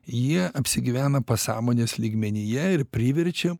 jie apsigyvena pasąmonės lygmenyje ir priverčia